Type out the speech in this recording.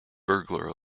burglar